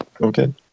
okay